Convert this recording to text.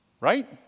right